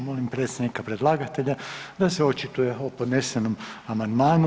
Molim predstavnika predlagatelja da se očituje o podnesenom amandmanu.